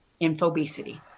infobesity